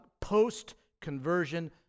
post-conversion